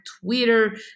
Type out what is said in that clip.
Twitter